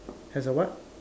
has a what